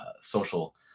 social